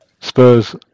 Spurs